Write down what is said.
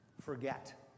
forget